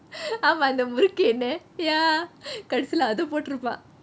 ஆமா அந்த முறுக்கு எண்ணெய்:aama antha muruku ennai ya கடைசில அது போட்டுருப்பான்:kadaisileh athe poturupaan